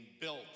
built